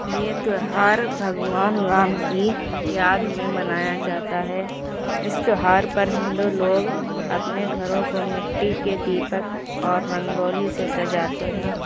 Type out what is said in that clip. یہ تہوار بھگوان رام کی یاد میں منایا جاتا ہے اس تہوار پر ہندو لوگ اپنے گھروں کو مٹی کے دیپک اور رنگولی سے سجاتے ہیں